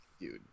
dude